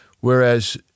Whereas